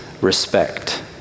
respect